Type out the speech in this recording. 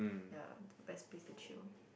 ya the best place to chill